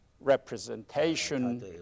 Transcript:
representation